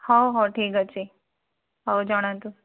ହଉ ହଉ ଠିକ୍ ଅଛି ହଉ ଜଣାନ୍ତୁ